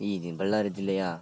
ಈ ಬಳ್ಳಾರಿ ಜಿಲ್ಲೆಯ